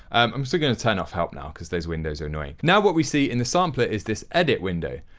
i'm just going to turn off help now because those windows are annoying. now what we see in the sampler is this edit window.